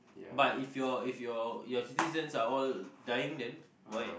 but if your if your citizens are all dying then why